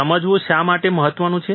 સમજવું શા માટે મહત્વનું છે